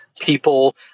people